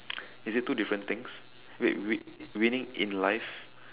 is it two different things wait win~ winning in life